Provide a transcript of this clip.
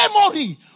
memory